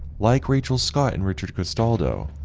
like rachel scott and richard castaldo,